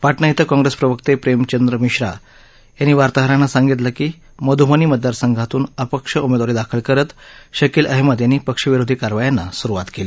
पाटणा इथं काँग्रेस प्रवक्ते प्रेमचंद मिश्रा यांनी वार्ताहरांना सांगितलं की मधुबनी मतदारसंघातून अपक्ष उमेदवारी दाखल करत शकील अहमद यांनी पक्षविरोधी कारवायांना सुरुवात केली